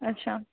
अच्छा